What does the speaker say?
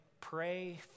Pray